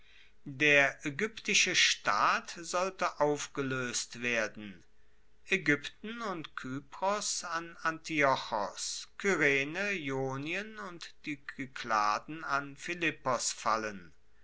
der aegyptische staat sollte aufgeloest werden aegypten und kypros an antiochos kyrene ionien und die kykladen an philippos fallen